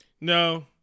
no